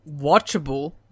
watchable